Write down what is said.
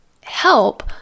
help